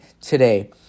today